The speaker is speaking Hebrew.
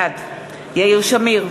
בעד יאיר שמיר,